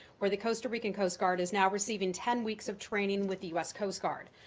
where the costa rican coast guard is now receiving ten weeks of training with the u s. coast guard.